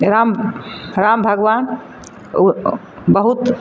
राम भग राम भगबान ओ बहुत